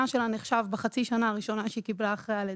שלה נחשב בחצי שנה הראשונה שהיא קיבלה אחרי הלידה,